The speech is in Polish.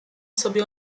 sobie